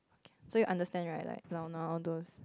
so you understand right like from now towards